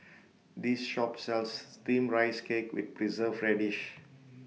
This Shop sells Steamed Rice Cake with Preserved Radish